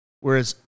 whereas